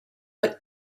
but